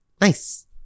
nice